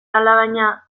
alabaina